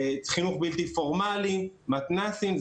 חינוך בלתי פורמלי, מתנ"סים.